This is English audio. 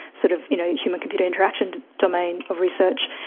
sort of, you know, human-computer interaction domain of research.